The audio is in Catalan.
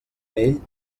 vell